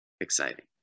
exciting